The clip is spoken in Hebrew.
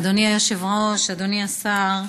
אדוני היושב-ראש, אדוני השר,